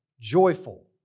joyful